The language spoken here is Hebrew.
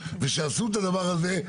וכשעשו את הדבר הזה,